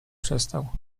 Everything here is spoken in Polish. przestał